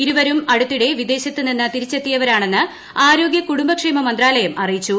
ഇരുവരും അടുത്തിടെ വിദേശത്ത് നിന്ന് തിരിച്ചെത്തിയവരാണെന്ന് ആരോഗ്യ കുടുംബക്ഷേമ മന്ത്രാലയം അറിയിച്ചു